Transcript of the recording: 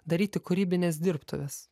daryti kūrybines dirbtuves